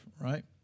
Right